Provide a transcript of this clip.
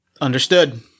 understood